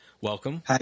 welcome